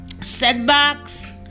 setbacks